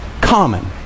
common